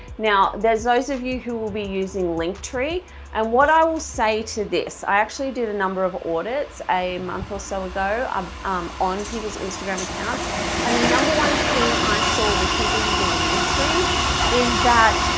now there's those of you who will be using linktree and what i will say to this, i actually did a number of audits a month or so ago um um on people's instagram accounts and the number one thing i saw with people using linktree is that